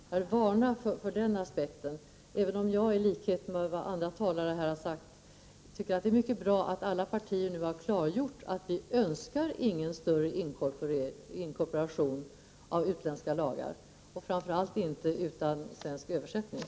Jag vill varna för den aspekten, även om jag — i likhet med vad andra talare här har sagt — tycker att det är mycket bra att alla partier nu har klargjort att någon större inkorporering av utländska lagar inte är önskvärd — och framför allt inte utan svensk översättning.